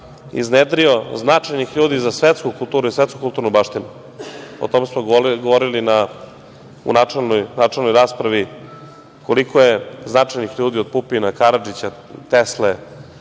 iznedrio značajnih ljudi za svetsku kulturu i svetsku kulturnu baštinu. O tome smo govorili u načelnoj raspravi, koliko je značajnih ljudi, od Pupina, Karadžića, Tesle,